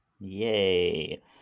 Yay